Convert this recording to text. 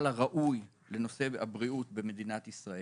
הראוי לנושא הבריאות במדינת ישראל.